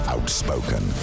Outspoken